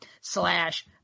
slash